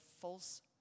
false